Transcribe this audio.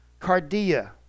cardia